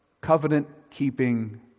covenant-keeping